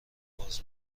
باز